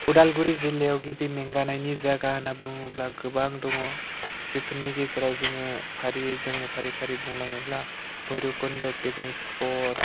उदालगुरि जिल्लायाव गिबि मेंगानायनि जायागा होनना बुङोब्ला गोबां दङ बेफोरनि गेजेराव जोङो फारियै जोङो फाफारि बुंलाङोब्ला भैरबकुन्द' पिकनिक स्पट